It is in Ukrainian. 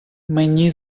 мені